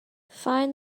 fine